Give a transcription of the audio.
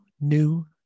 new